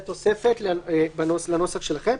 סעיף הדיווח זה תוספת לנוסח שלכם.